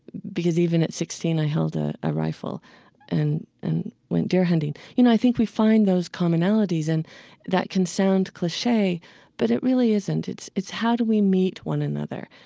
because even at sixteen i held a ah rifle and and went deer hunting. you know, i think we find those commonalities and that can sound cliche but it really isn't. it's it's how do we meet one another?